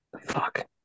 Fuck